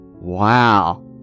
Wow